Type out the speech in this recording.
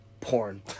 porn